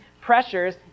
pressures